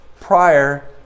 prior